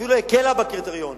אפילו הקלה בקריטריונים.